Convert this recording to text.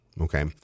Okay